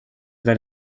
the